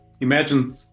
imagine